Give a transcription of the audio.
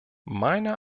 meiner